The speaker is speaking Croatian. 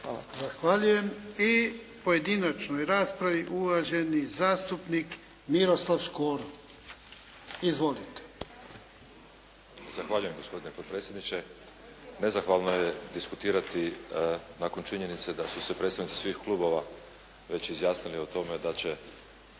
Zahvaljujem. I pojedinačnoj raspravi, uvaženi zastupnik Miroslav Škoro. Izvolite. **Škoro, Miroslav (HDZ)** Zahvaljujem gospodine potpredsjedniče. Nezahvalno je diskutirati nakon činjenice da su se predstavnici svih klubova već izjasnili o tome da će